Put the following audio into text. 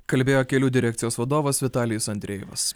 kalbėjo kelių direkcijos vadovas vitalijus andrejevas